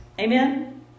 Amen